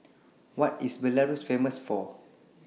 What IS Belarus Famous For